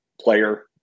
player